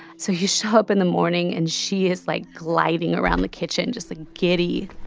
so you show up in the morning and she is, like, gliding around the kitchen just, like, giddy